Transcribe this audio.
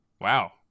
Wow